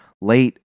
late